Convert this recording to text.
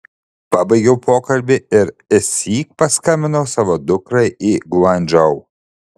pabaigiau pokalbį ir išsyk paskambinau savo dukrai į guangdžou